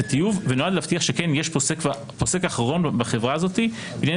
הטיוב ונועד להבטיח שכן יש פוסק אחרון בחברה הזאת בענייני